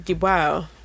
wow